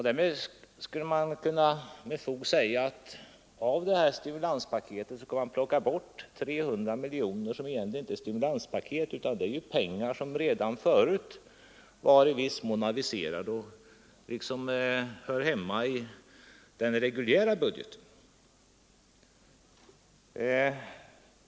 Därmed skulle man med fog kunna säga att ur stimulanspaketet kan man plocka bort 300 miljoner som egentligen inte hör till stimulanspaketet utan är pengar som redan i viss mån aviserats och skall ingå i den reguljära budgeten.